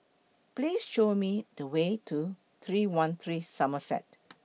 Please Show Me The Way to three one three Somerset